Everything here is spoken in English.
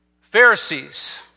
Pharisees